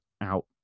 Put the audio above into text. out